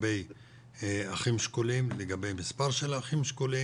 לגבי אחים שכולים ולגבי מספר האחים השכולים,